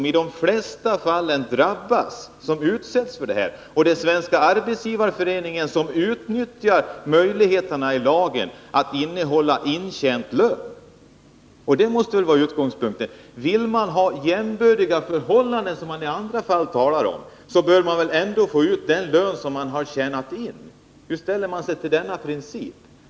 Men i de flesta fall är det arbetarparten som utsätts för detta, och det är Svenska arbetsgivareföreningen som utnyttjar möjligheterna i lagen till att innehålla intjänad lön. Utgångspunkten måste väl vara den, att vill man ha jämbördiga förhållanden —- vilket man i andra fall talar om — så bör man väl se till att arbetarna kan få ut den lön som de har tjänat in. Hur ställer sig arbetsmarknadsministern till denna princip?